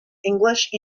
english